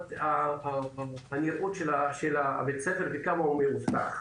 ברמת הנראות של בית הספר וכמה הוא מאובטח.